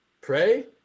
pray